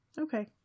okay